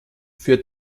für